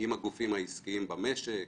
עם הגופים העסקיים במשק,